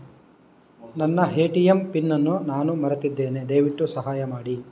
ನನ್ನ ATM pin ಅನ್ನು ನಾನು ಮರೆತಿದ್ದೇನೆ, ದಯವಿಟ್ಟು ಸಹಾಯ ಮಾಡಿ